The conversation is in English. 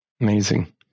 Amazing